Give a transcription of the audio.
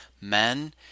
men